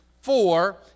four